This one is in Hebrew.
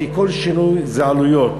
כי כל שינוי זה עלויות.